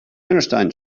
understand